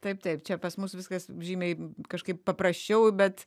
taip taip čia pas mus viskas žymiai kažkaip paprasčiau bet